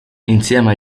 insieme